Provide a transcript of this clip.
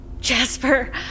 Jasper